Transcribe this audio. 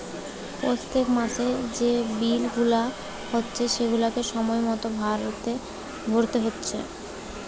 পোত্তেক মাসের যে বিল গুলা হচ্ছে সেগুলাকে সময় মতো ভোরতে হচ্ছে